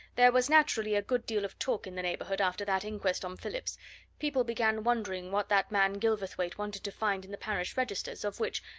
there was naturally a good deal of talk in the neighbourhood after that inquest on phillips people began wondering what that man gilverthwaite wanted to find in the parish registers, of which,